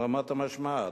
על רמת המשמעת,